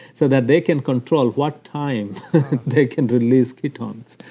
so that they can control what time they can release ketones.